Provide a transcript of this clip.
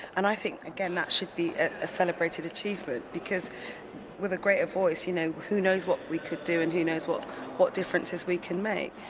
and i think again that should be a celebrated achievement because with a greater voice you know who knows what we could do and who knows what what differences we can make.